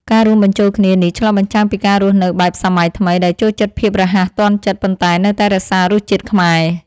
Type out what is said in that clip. ការរួមបញ្ចូលគ្នានេះឆ្លុះបញ្ចាំងពីការរស់នៅបែបសម័យថ្មីដែលចូលចិត្តភាពរហ័សទាន់ចិត្តប៉ុន្តែនៅតែរក្សារសជាតិខ្មែរ។